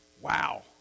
Wow